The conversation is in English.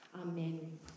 Amen